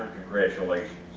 congratulations.